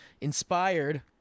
inspired